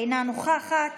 אינה נוכחת.